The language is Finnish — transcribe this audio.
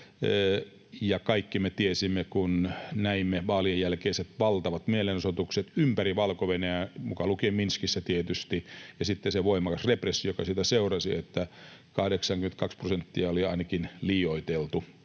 Kaikki me sen tiesimme, kun näimme vaalien jälkeiset valtavat mielenosoitukset ympäri Valko-Venäjää mukaan lukien tietysti Minskissä ja sitten sen voimakkaan repressin, joka siitä seurasi, että 82 prosenttia oli ainakin liioiteltu,